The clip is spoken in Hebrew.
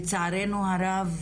לצערנו הרב,